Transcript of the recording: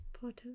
Potter